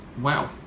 wow